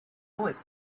always